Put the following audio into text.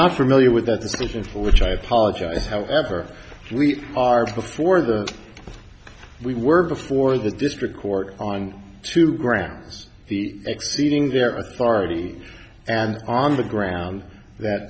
not familiar with the decisions which i apologize however we are before the we were before the district court on two grounds the exceeding their authority and on the ground that